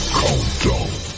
countdown